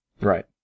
Right